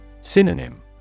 Synonym